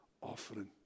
offering